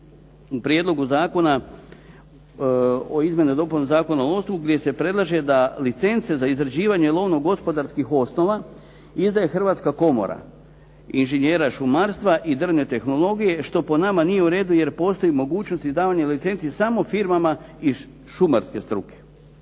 u Prijedlogu zakona o izmjenama i dopunama Zakona o lovstvu gdje se predlaže da licence za izrađivanje lovno gospodarskih osnova izdaje Hrvatska komora inženjera šumarstva i drvne tehnologije što po nama nije u redu jer postoji mogućnost izdavanja licenci samo firmama iz šumarske struke.